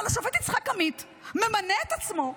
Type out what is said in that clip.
אבל השופט יצחק עמית ממנה את עצמו,